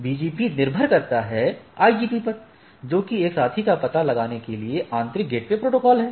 BGP निर्भर करता है IGP पर जो कि एक साथी का पता लगाने के लिए आंतरिक गेटवे प्रोटोकॉल है